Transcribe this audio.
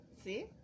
see